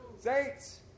Saints